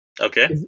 Okay